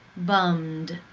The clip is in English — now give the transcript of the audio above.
bummed.